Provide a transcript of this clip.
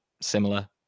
similar